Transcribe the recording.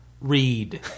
Read